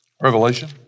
Revelation